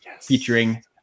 featuring